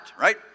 right